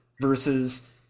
versus